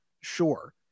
Sure